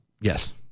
Yes